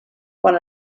quan